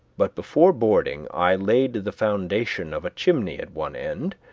but before boarding i laid the foundation of a chimney at one end,